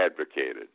advocated